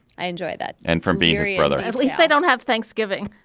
i enjoy that. and from big brother at least i don't have thanksgiving.